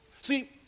See